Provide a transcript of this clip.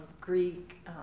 Greek